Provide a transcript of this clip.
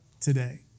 today